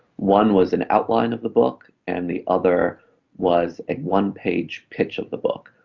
one was an outline of the book and the other was a one-page pitch of the book,